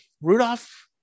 Rudolph